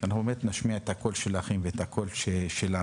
שנשמיע את הקול שלכם ואת הקול שלנו,